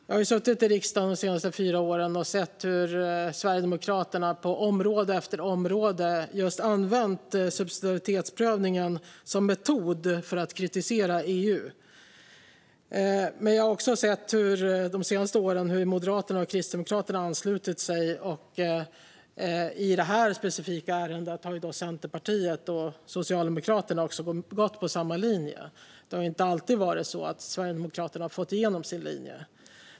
Jag har suttit i riksdagen de senaste fyra åren och sett hur Sverigedemokraterna på område efter område använt subsidiaritetsprövningen som metod för att kritisera EU. Men jag har också sett de senaste åren hur Moderaterna och Kristdemokraterna anslutit sig. I det här specifika ärendet har också Centerpartiet och Socialdemokraterna gått på samma linje. Det har inte alltid varit så att Sverigedemokraterna fått igenom sin linje.